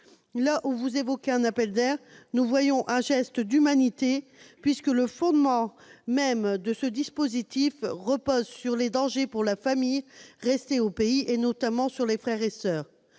Là où vous évoquez un appel d'air, nous voyons un geste d'humanité. Le fondement même de ce dispositif repose en effet sur les dangers pour la famille restée au pays, notamment les frères et soeurs.